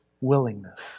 willingness